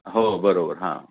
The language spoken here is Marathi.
हो बरोबर हां